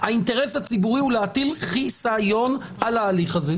האינטרס הציבורי הוא להטיל חיסיון על ההליך הזה.